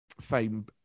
fame